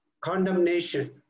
condemnation